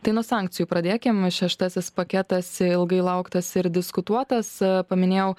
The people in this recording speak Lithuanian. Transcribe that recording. tai nuo sankcijų pradėkim šeštasis paketas ilgai lauktas ir diskutuotas paminėjau